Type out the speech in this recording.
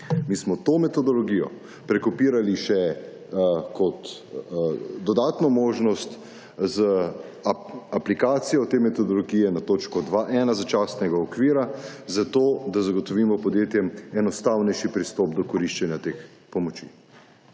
Mi smo to metodologijo prekopirali še kot dodatno možnost z aplikacijo te metodologije na točko 2.1 začasnega okvira, zato, da zagotovimo podjetjem enostavnejši pristop do koriščenja teh pomoči.